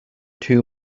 two